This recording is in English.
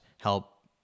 help